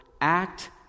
act